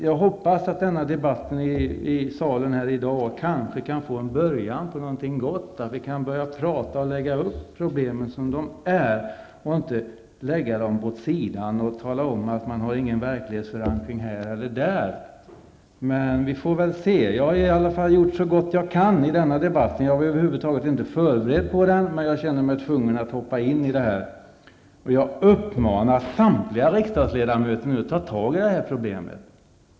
Jag hoppas att denna debatt blir en början till något gott. Vi kan börja lägga fram problemen som de är i stället för att lägga dem åt sidan och tala om att den och den inte har någon verklighetsförankring. Nåväl, vi får se. Jag har i alla fall gjort så gott jag kan. Jag var över huvud taget inte förberedd inför debatten, men jag kände mig tvungen att hoppa in. Jag uppmanar samtliga ledamöter att ta itu med problemet.